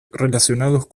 relacionados